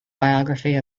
biography